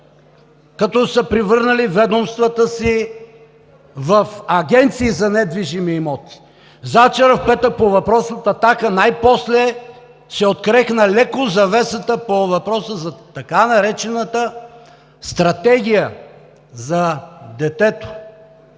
като са превърнали ведомствата си в агенции за недвижими имоти. Завчера – в петък, от „Атака“ най-после се открехна леко завесата по въпроса за така наречената Стратегия за детето,